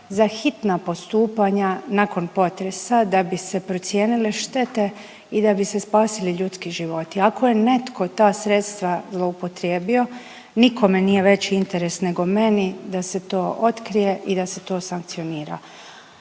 za hitna postupanja nakon potresa da bi se procijenile štete i da bi se spasili ljudski životi. Ako je netko ta sredstva zloupotrijebio nikome nije veći interes nego meni da se to otkrije i da se to sankcionira